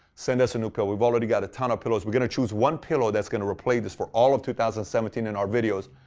send us a new pillow. we've already got a ton of pillows. we're going to choose one pillow that's going to replace this for all of two thousand and seventeen in our videos.